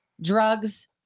drugs